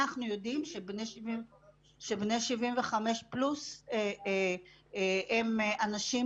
אנחנו יודעים שבני 75 פלוס הם אנשים